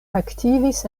aktivis